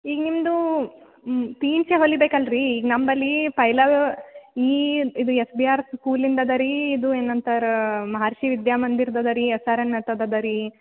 ಈಗ ನಿಮ್ಮದು ತೀನ್ಶೇ ಹೊಲಿಬೇಕಲ್ಲ ರೀ ಈಗ ನಮ್ಮಲ್ಲಿ ಪೈಲಾ ಈ ಇದು ಎಸ್ ಬಿ ಆರ್ ಸ್ಕೂಲಿಂದು ಇದೆ ರೀ ಇದು ಏನಂತಾರೆ ಮಹರ್ಷಿ ವಿದ್ಯಾಮಂದಿರ್ದು ಇದೆ ರೀ ಎಸ್ ಆರ್ ಎನ್ ಅಂಥದ್ದು ಇದೆ ರೀ